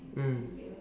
mm